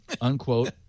unquote